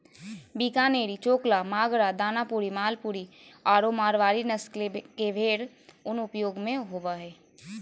बीकानेरी, चोकला, मागरा, दानपुरी, मालपुरी आरो मारवाड़ी नस्ल के भेड़ के उन उपयोग होबा हइ